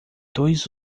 dois